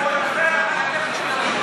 להצבעה במועד אחר.